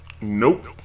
Nope